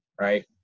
right